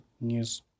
news